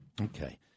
Okay